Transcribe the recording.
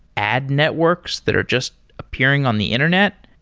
ad networks that are just appearing on the internet,